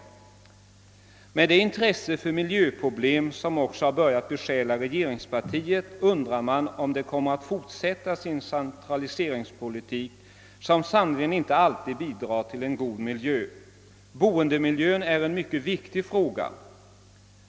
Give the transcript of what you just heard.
Även regeringspartiet har nu börjat besjälas av intresse för miljöproblemen, och därför undrar man om regeringen kommer att fortsätta sin centraliseringspolitik som sannerligen inte alltid bidrar till att skapa en god miljö. Boendemiljön är en mycket viktig fråga.